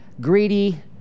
greedy